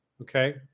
okay